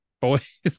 boys